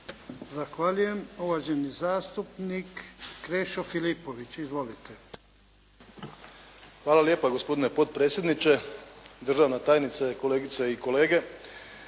Zahvaljujem. Uvaženi zastupnik Krešo Filipović. Izvolite. **Filipović, Krešo (HDZ)** Hvala lijepa gospodine potpredsjedniče, državna tajnice, kolegice i kolege.